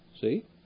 See